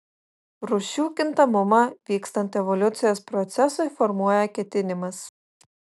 rūšių kintamumą vykstant evoliucijos procesui formuoja ketinimas